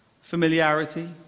familiarity